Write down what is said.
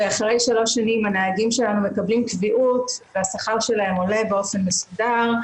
אחרי שלוש שנים הנהגים שלנו מקבלים קביעות והשכר שלהם עולה באופן מסודר,